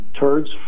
turds